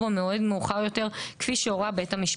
או במועד מאוחר יותר כפי שהורה בית המשפט.